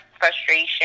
frustration